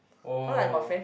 oh